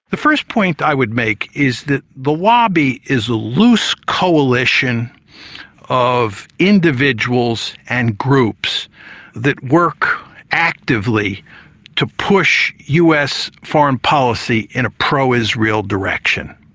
the first point i would make is that the lobby is a loose coalition of individuals and groups that work actively to push us foreign policy in a pro-israel direction.